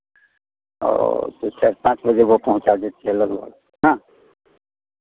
और फिर चार पाँच बजे वो पहुंचा देती है लगभग ना